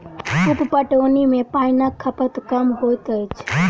उप पटौनी मे पाइनक खपत कम होइत अछि